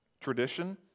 tradition